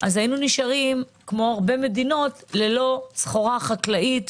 היינו נשארים כמו הרבה מדינות ללא סחורה חקלאית,